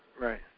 Right